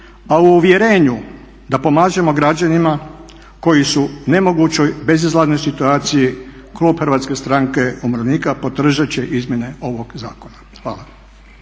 a u uvjerenju da pomažemo građanima koji su u nemogućoj, bezizlaznoj situaciji klub Hrvatske stranke umirovljenika podržat će izmjene ovog zakona. Hvala.